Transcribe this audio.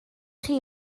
chi